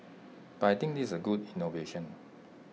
but I think is A good innovation